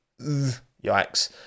yikes